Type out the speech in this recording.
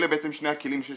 אלה שני הכלים שיש